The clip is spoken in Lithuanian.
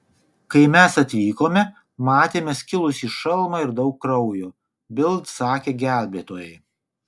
kai mes atvykome matėme skilusį šalmą ir daug kraujo bild sakė gelbėtojai